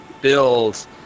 build